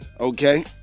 Okay